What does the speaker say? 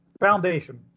Foundation